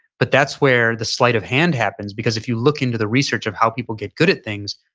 but that's where the slight of hand happens because if you look into the research of how people get good at things,